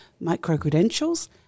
micro-credentials